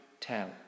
tell